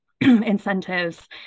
incentives